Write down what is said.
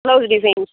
flower designs